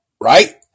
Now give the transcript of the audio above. right